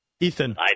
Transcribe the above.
Ethan